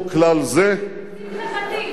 יש מדינות ששכחו כלל זה, תקציב חברתי.